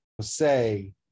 say